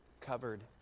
covered